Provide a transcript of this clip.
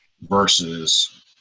versus